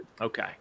Okay